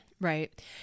Right